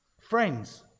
friends